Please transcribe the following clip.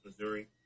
Missouri